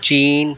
چین